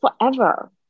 forever